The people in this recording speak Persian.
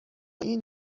این